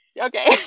Okay